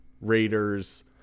Raiders